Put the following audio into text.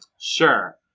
Sure